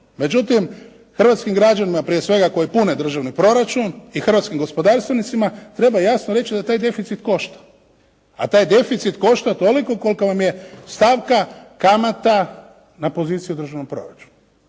Međutim, hrvatskim građanima prije svega koji pune državni proračun i hrvatskim gospodarstvenicima treba jasno reći da taj deficit košta, a taj deficit košta toliko kolika vam je stavka kamata na poziciji u državnom proračunu.